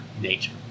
nature